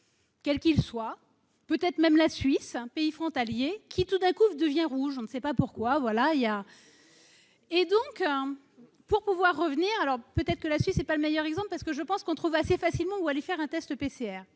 Quel qu'il soit, peut être même la Suisse un pays frontaliers qui tout d'un coup devient rouge, on ne sait pas pourquoi, voilà, il y a et donc pour pouvoir revenir alors peut être que la Suisse, pas le meilleur exemple parce que je pense qu'on trouve assez facilement ou aller faire un test PCR,